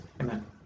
Amen